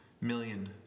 million